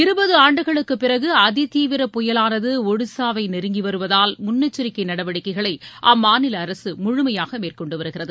இருபது ஆண்டுகளுக்கு பிறகு அதி தீவிர புயலானது ஒடிஸாவை நெருங்கி வருவதால் முன்னெச்சரிக்கை நடவடிக்கைகளை அம்மாநில அரசு முழுமையாக மேற்கொண்டு வருகிறது